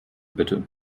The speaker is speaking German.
bitte